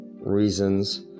reasons